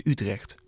Utrecht